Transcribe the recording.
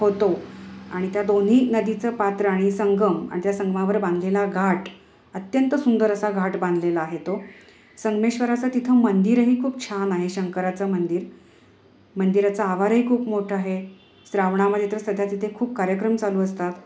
होतो आणि त्या दोन्ही नदीचं पात्र आणि संगम आणि त्या संगमावर बांधलेला घाट अत्यंत सुंदर असा घाट बांधलेला आहे तो संगमेश्वराचं तिथं मंदिरही खूप छान आहे शंकराचं मंदिर मंदिराचं आवारही खूप मोठं आहे श्रावणामध्ये तर सध्या तिथे खूप कार्यक्रम चालू असतात